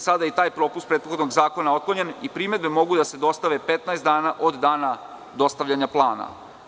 Sada je i taj propust prethodnog zakona otklonjen i primedbe mogu da se dostave 15 dana od dana dostavljanja plana.